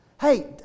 Hey